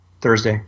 Thursday